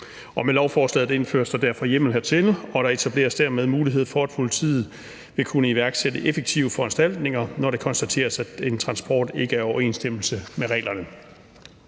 Med lovforslaget indføres der derfor hjemmel hertil, og der etableres dermed mulighed for, at politiet vil kunne iværksætte effektive foranstaltninger, når det konstateres, at en transport ikke er i overensstemmelse med reglerne.